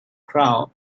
crowd